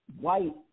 white